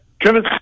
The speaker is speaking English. Travis